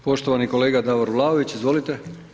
Poštovani kolega Davor Vlaović, izvolite.